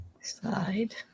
Side